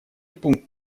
пункт